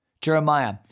Jeremiah